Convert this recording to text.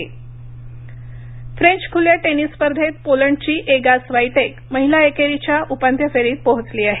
French खल्या tennis स्पर्धा French खूल्या टेनिस स्पर्धेत पोलंडची एगा स्वाइटेक महिला एकेरीच्या उपांत्य फेरीत पोहोचली आहे